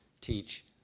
teach